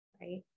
Right